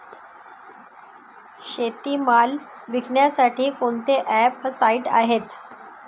शेतीमाल विकण्यासाठी कोणते ॲप व साईट आहेत?